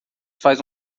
faz